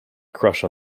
crush